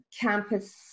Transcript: campus